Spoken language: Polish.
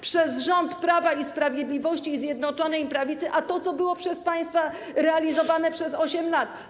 przez rząd Prawa i Sprawiedliwości i Zjednoczonej Prawicy, z tym, co było przez państwa realizowane przez 8 lat.